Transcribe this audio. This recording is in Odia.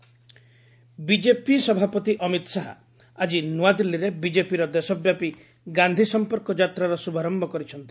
ଶାହା ସଙ୍କ୍ସ ଯାତ୍ରା ବିଜେପି ସଭାପତି ଅମିତ୍ ଶାହା ଆଜି ନୂଆଦିଲ୍ଲୀରେ ବିଜେପିର ଦେଶବ୍ୟାପୀ ଗାନ୍ଧି ସମ୍ପର୍କ ଯାତ୍ରାର ଶୁଭାରମ୍ଭ କରିଛନ୍ତି